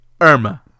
Irma